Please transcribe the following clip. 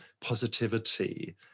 positivity